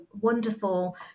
wonderful